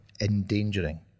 endangering